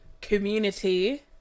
community